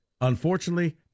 Unfortunately